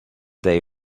they